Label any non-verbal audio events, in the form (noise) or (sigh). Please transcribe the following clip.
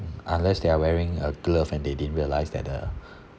unless they are wearing a glove and they didn't realise that the (breath)